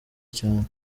cyane